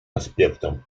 аспектом